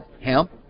hemp